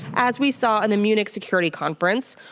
as we saw in the munich security conference.